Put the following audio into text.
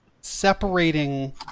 separating